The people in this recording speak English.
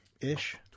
ish